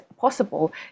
possible